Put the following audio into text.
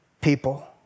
people